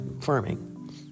farming